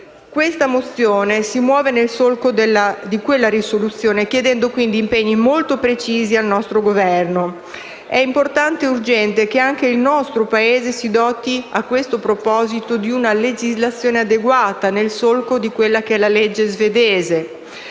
La mozione n. 637 si muove nel solco di quella risoluzione, chiedendo quindi impegni molto precisi al nostro Governo. È importante e urgente che anche il nostro Paese si doti, a questo proposito, di una legislazione adeguata nel solco di quella svedese.